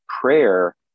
prayer